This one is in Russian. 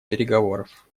переговоров